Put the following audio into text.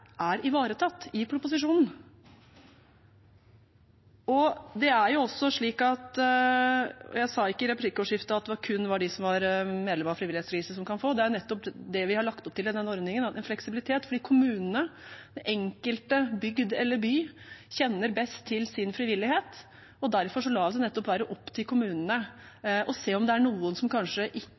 er ivaretatt i proposisjonen. Jeg sa ikke i replikkordskiftet at det kun er de som er medlem av frivillighetsregisteret, som kan få. Vi har nettopp lagt opp til en fleksibilitet i denne ordningen, fordi kommunene, den enkelte bygd eller by, kjenner best til sin frivillighet. Derfor lar vi det nettopp være opp til kommunene å se om det er noen som kanskje